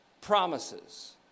promises